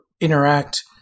interact